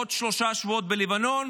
בעוד שלושה שבועות בלבנון,